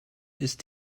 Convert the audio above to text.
ist